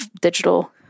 digital